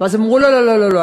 ואז הם אמרו: לא לא לא לא,